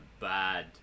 bad